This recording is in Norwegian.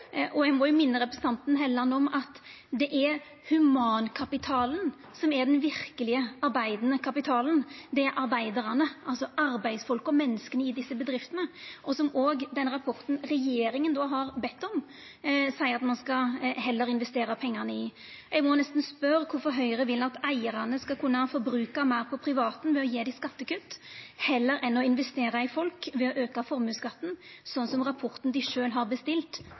Eg må minna representanten Helleland om at det er humankapitalen som er den verkeleg arbeidande kapitalen, det er arbeidarane, altså arbeidsfolka, menneska i desse bedriftene – og som òg denne rapporten regjeringa har bedt om, seier at ein heller skal investera pengane i. Eg må nesten spørja kvifor Høyre vil at eigarane skal kunna forbruka meir på privaten ved å gje dei skattekutt, heller enn å investera i folk ved å auka formuesskatten, sånn som rapporten dei sjølve har bestilt,